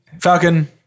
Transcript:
Falcon